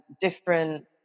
different